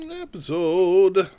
Episode